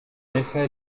effet